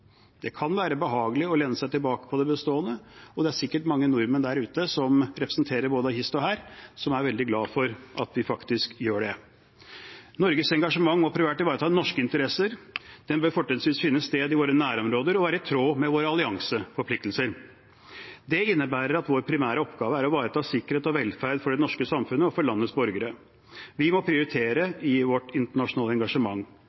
Det kan være behagelig å lene seg tilbake på det bestående, og det er sikkert mange nordmenn der ute som representerer både hist og her, som er veldig glad for at vi faktisk gjør det. Norges engasjement må primært ivareta norske interesser, og den bør fortrinnsvis finne sted i våre nærområder og være i tråd med våre allianseforpliktelser. Det innebærer at vår primære oppgave er å ivareta sikkerhet og velferd for det norske samfunnet og for landets borgere. Vi må prioritere i vårt internasjonale engasjement.